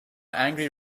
angry